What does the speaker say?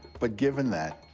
but given that,